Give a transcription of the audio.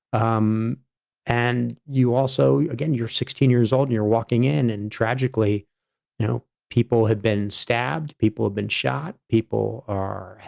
um and you also, also, again, you're sixteen years old and you're walking in and tragically, you know, people had been stabbed, people have been shot, people are,